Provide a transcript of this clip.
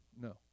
No